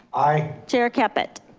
aye. chair caput?